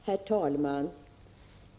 Herr talman!